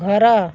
ଘର